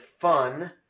fun